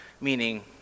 meaning